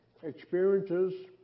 experiences